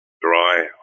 dry